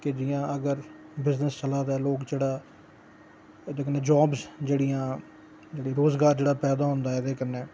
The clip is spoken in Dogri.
ते जि'यां अगर बिजनस चला दा लोक जेहड़ा ओह्दे कन्नै जाबां जेड़ियां रोजगार जेह्ड़ा पैदा होंदा एह्दे कन्नै